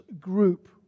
group